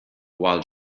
while